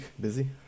Busy